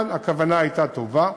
כאן הכוונה הייתה טובה.